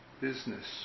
business